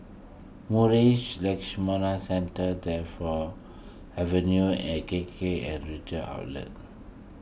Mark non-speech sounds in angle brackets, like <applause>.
Marsh <unintelligible> Centre Tagore Avenue and K K <unintelligible> outlet